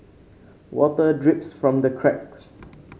water drips from the cracks